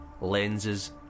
lenses